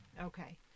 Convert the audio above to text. Okay